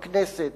בכנסת,